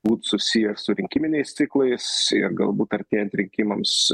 būt susiję su rinkiminiais ciklais ir galbūt artėjant rinkimams